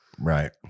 right